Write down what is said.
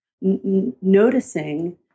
noticing